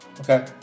okay